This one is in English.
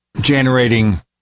generating